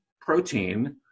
protein